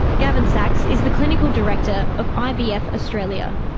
gavin sacks is the clinical director of ivf australia.